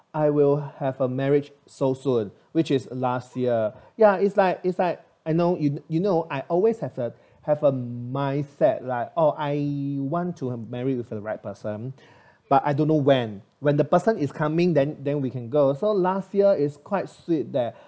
I will have a marriage so soon which is last year ya is like is Iike I know you you know I always have a have a mindset right oh I want to have married for the right person but I don't know when when the person is coming then then we can go so last year is quite sweet that